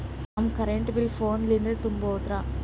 ನಮ್ current bill ಫೋನ ಲಿಂದೇ ತುಂಬೌದ್ರಾ?